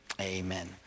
Amen